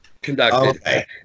Conducted